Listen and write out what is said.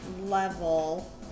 level